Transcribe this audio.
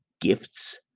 gifts